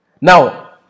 Now